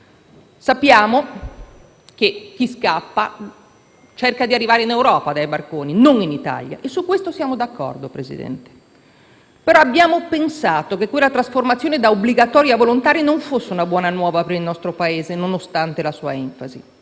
Sappiamo che chi scappa cerca di arrivare in Europa con i barconi, non in Italia, e su questo siamo d'accordo, signor Presidente. Però abbiamo pensato che quella trasformazione da obbligatoria a volontaria non fosse una buona nuova per il nostro Paese, nonostante la sua enfasi.